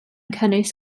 cynnwys